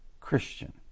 Christian